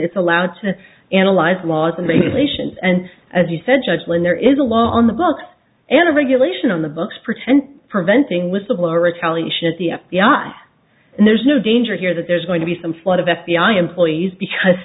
it's allowed to analyze laws and regulations and as you said judge when there is a lot on the books and a regulation on the books present preventing whistleblower retaliation if the f b i and there's no danger here that there's going to be some flood of f b i employees because